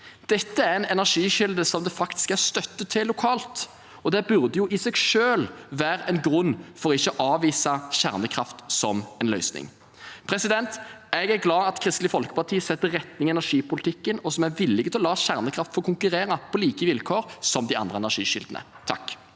Dette er en energikilde som det faktisk er støtte til lokalt, og det burde i seg selv være en grunn til ikke å avvise kjernekraft som en løsning. Jeg er glad for at Kristelig Folkeparti setter retning i energipolitikken og er villig til å la kjernekraft få konkurrere på like vilkår som de andre energikildene. Terje